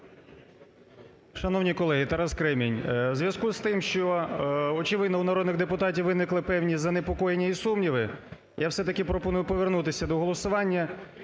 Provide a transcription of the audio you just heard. Шановні колеги! Тарас Кремінь. У зв'язку з тим, що, очевидно, у народних депутатів виникли певні занепокоєння і сумніви, я все-таки пропоную повернутися до голосування